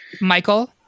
Michael